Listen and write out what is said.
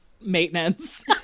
maintenance